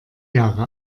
jahre